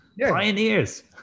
Pioneers